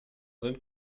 sind